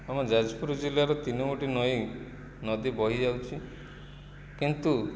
ଆମ ଯାଜପୁର ଜିଲ୍ଲାର ତିନ ଗୋଟି ନଈ ନଦୀ ବହିଯାଉଛି କିନ୍ତୁ